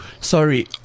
Sorry